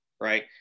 right